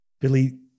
Billy